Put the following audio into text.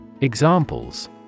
Examples